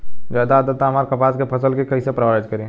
ज्यादा आद्रता हमार कपास के फसल कि कइसे प्रभावित करी?